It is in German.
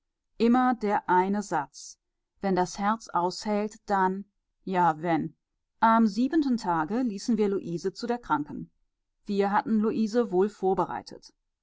immer der eine satz wenn das herz aushält dann ja wenn am siebenten tage ließen wir luise zu der kranken wir hatten luise wohl vorbereitet